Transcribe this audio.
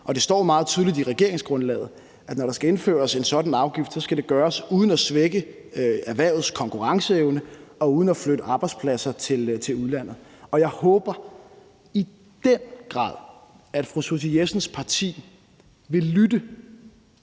Det står meget tydeligt i regeringsgrundlaget, at når der skal indføres en sådan afgift, skal det gøres uden at svække erhvervets konkurrenceevne og uden at flytte arbejdspladser til udlandet. Jeg håber i den grad, at fru Susie Jessens parti vil lytte